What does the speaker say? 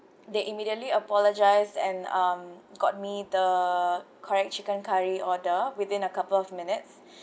they immediately apologise and um got me the correct chicken curry order within a couple of minutes